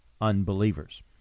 unbelievers